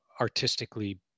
artistically